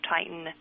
Titan